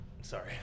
Sorry